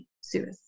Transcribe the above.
suicide